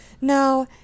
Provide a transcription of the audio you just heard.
Now